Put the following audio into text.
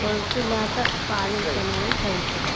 കൊഴുപ്പില്ലാത്ത പാലുൽപ്പന്നങ്ങൾ കഴിക്കുക